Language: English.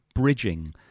bridging